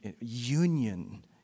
union